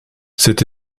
cette